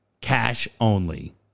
cash-only